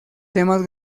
temas